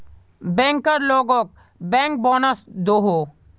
banker लोगोक bank bonus दोहों